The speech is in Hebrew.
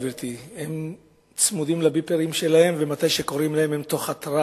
הם צמודים לביפרים שלהם ומתי שקוראים להם הם מתארגנים,